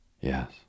Yes